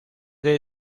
sede